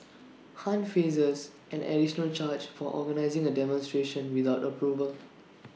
han faces an additional charge for organising A demonstration without approval